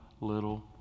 little